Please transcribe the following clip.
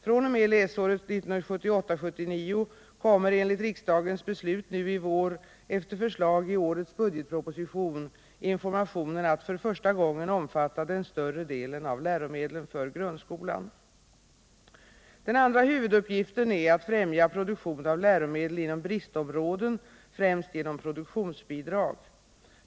fr.o.m. läsåret 1978/79 kommer enligt riksdagens beslut nu i vår efter förslag i årets budgetproposition informationen att för första gången omfatta den större delen av läromedlen för grundskolan. Den andra huvuduppgiften är att främja produktion av läromedel inom bristområden, främst genom produktionsbidrag.